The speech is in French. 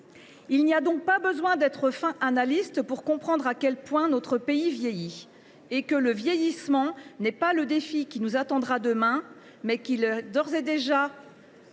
Il n’y a donc pas besoin d’être fin analyste pour comprendre à quel point notre pays vieillit, et que le vieillissement n’est pas le défi de demain, mais, d’ores et déjà,